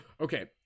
okay